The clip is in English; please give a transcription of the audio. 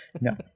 No